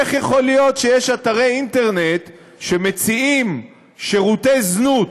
איך יכול להיות שיש אתרי אינטרנט שמציעים שירותי זנות,